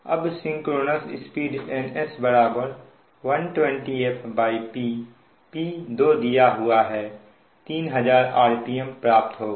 अब synchronous speed Ns 120fP P 2 दिया हुआ है 3000 rpm प्राप्त होगा